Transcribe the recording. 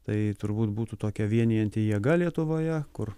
tai turbūt būtų tokia vienijanti jėga lietuvoje kur